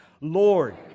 Lord